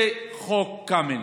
זה חוק קמיניץ.